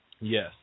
yes